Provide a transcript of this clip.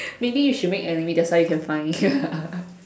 maybe you should make enemy that's how you can find ya